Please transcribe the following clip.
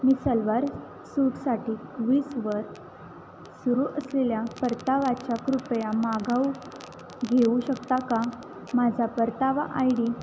मी सलवार सूटसाठी क्विसवर सुरू असलेल्या परताव्याचा कृपया मागोवा घेऊ शकता का माझा परतावा आय डी